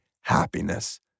happiness